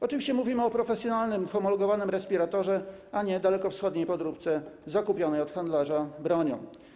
Oczywiście mówimy o profesjonalnym homologowanym respiratorze, a nie dalekowschodniej podróbce zakupionej od handlarza bronią.